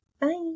Bye